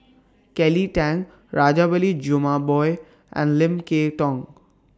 Kelly Tang Rajabali Jumabhoy and Lim Kay Tong